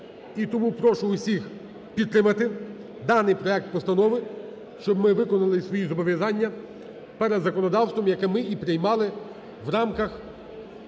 І тому прошу усіх підтримати даний проект Постанови, щоб ми виконали свої зобов'язання перед законодавством, яке ми і приймали в рамках